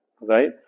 right